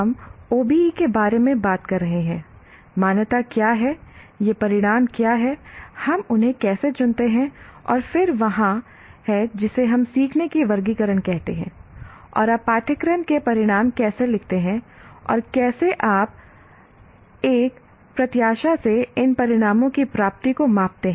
हम OBE के बारे में बात करते हैं मान्यता क्या है ये परिणाम क्या हैं हम उन्हें कैसे चुनते हैं और फिर वहाँ है जिसे हम सीखने की वर्गीकरण कहते हैं और आप पाठ्यक्रम के परिणाम कैसे लिखते हैं और कैसे आप एक प्रत्याशा से इन परिणामों की प्राप्ति को मापते हैं